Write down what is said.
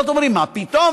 עוד אומרים: מה פתאום?